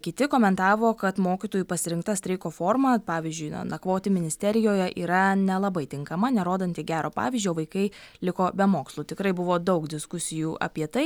kiti komentavo kad mokytojų pasirinkta streiko forma pavyzdžiui nakvoti ministerijoje yra nelabai tinkama nerodanti gero pavyzdžio vaikai liko be mokslų tikrai buvo daug diskusijų apie tai